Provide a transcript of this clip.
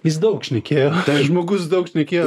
jis daug šnekėjo žmogus daug šnekėjo